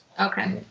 Okay